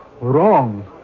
wrong